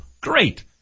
Great